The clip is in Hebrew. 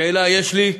שאלה יש לי,